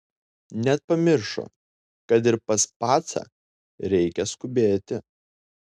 net pamiršo kad ir pas pacą reikia skubėti